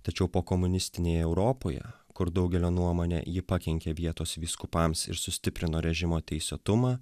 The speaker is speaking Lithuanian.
tačiau pokomunistinėje europoje kur daugelio nuomone ji pakenkė vietos vyskupams ir sustiprino režimo teisėtumą